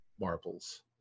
marbles